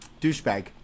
douchebag